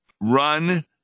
run